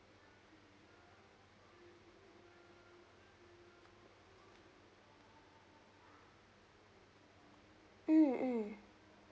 mm mm